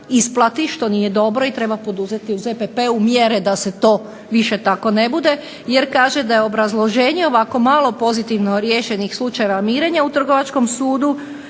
isplati što nije dobro, treba poduzeti u ZPP-u mjere da to više tako ne bude. Jer kaže da je obrazloženje ovako malo pozitivno riješenih slučajeva mirenja u Trgovačkom sudu